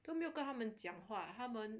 都没有跟他们讲话他们